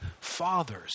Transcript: fathers